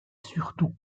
surtout